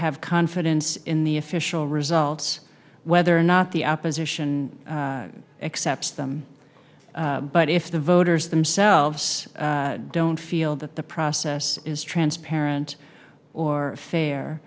have confidence in the official results whether or not the opposition accepts them but if the voters themselves don't feel that the process is transparent or fair